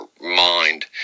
mind